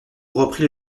reprit